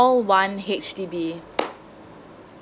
call one H_D_B